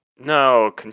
No